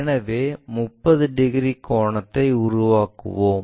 எனவே 30 டிகிரி கோணத்தை உருவாக்குவோம்